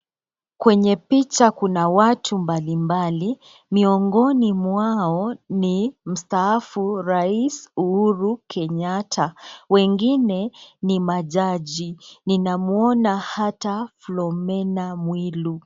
Kwenye picha kuna watu mbalimbali, miongoni mwao ni mstaafu Rais Uhuru Kenyatta, wengine ni majaji, ninamwona hata Filomena Mwilu.